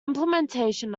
implementation